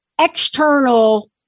external